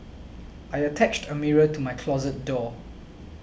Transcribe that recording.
I attached a mirror to my closet door